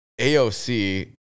AOC